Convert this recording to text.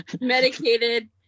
medicated